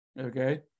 okay